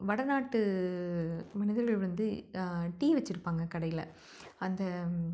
வடநாட்டு மனிதர்கள் வந்து டீ வச்சிருப்பாங்க கடையில் அந்த